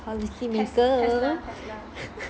policymaker